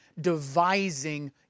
devising